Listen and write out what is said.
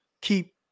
keep